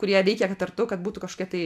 kurie veikia kartu kad būtų kažkokia tai